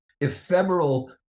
ephemeral